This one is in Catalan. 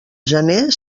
gener